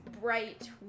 bright